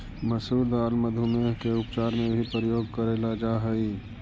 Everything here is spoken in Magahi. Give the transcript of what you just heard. मसूर दाल मधुमेह के उपचार में भी प्रयोग करेल जा हई